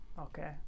Okay